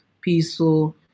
peaceful